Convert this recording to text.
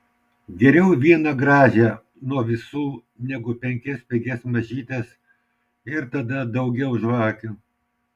geriau vieną gražią nuo visų negu penkias pigias mažytes ir tada daugiau žvakių